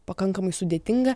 pakankamai sudėtinga